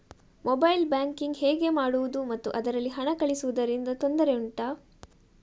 mobile banking ಹೇಗೆ ಮಾಡುವುದು ಮತ್ತು ಅದರಲ್ಲಿ ಹಣ ಕಳುಹಿಸೂದರಿಂದ ತೊಂದರೆ ಉಂಟಾ